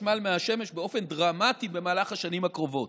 החשמל מהשמש באופן דרמטי במהלך השנים הקרובות.